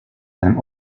seinem